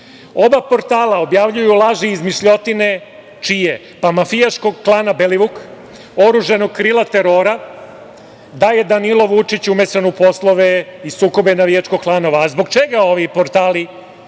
portala objavljuju laži i izmišljotine mafijaškog klana Belivuk, oružanog krila terora, da je Danilo Vučić umešan u poslove i sukobe navijačkog klana. A zbog čega ovi portali